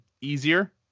easier